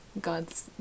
God's